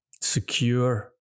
secure